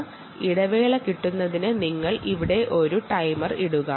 Inter beat interval കിട്ടുന്നതിന് നിങ്ങൾ ഇവിടെ ഒരു ടൈമർ ഇടുക